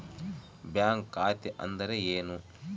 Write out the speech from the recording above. Bank ಖಾತೆ ಅಂದರೆ ಏನು?